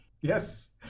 yes